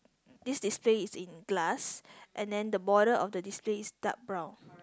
this display is in glass and then the border of the display is dark brown